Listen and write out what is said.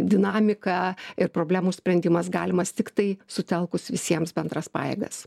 dinamika ir problemų sprendimas galimas tiktai sutelkus visiems bendras pajėgas